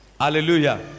Hallelujah